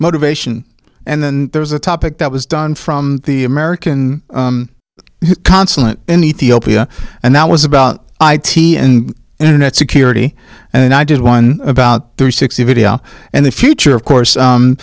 motivation and then there's a topic that was done from the american consulate in ethiopia and that was about i t and internet security and i did one about three sixty video and the future of course